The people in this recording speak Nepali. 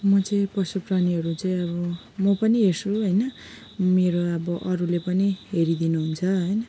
म चाहिँ पशु प्राणीहरू चाहिँ अब म पनि हेर्छु होइन मेरो अब अरूले पनि हेरिदिनुहुन्छ है